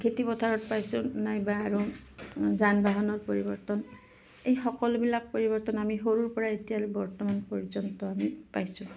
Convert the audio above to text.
খেতি পথাৰত পাইছোঁ নাইবা আৰু যান বাহনৰ পৰিৱৰ্তন এই সকলোবিলাক পৰিৱৰ্তন আমি সৰুৰ পৰা এতিয়ালৈ বৰ্তমান পৰ্যন্ত আমি পাইছোঁ